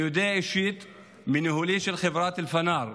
אני יודע אישית מניהול חברת אלפנאר,